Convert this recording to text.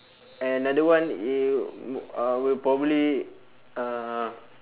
and another one it w~ uh will probably uh